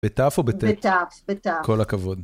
ב״תיו״ או ב״טית״? בתיו, בתיו. כל הכבוד.